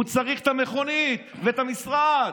הוא צריך את המכונית ואת המשרד.